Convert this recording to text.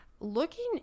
looking